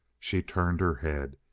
she turned her head.